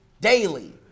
daily